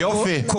יופי, חצוף.